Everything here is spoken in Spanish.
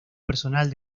personal